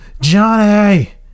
Johnny